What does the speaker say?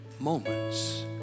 moments